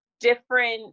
different